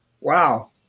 Wow